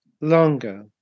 longer